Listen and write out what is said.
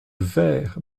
verre